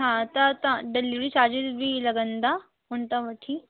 हा त तव्हां डिलीवरी चार्जिस बि लॻंदा हुन तां वठी